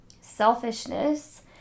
selfishness